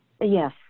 Yes